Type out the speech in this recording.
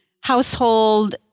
household